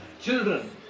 children